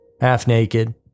Half-naked